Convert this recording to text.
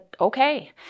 okay